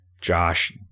Josh